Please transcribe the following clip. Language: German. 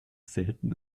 selten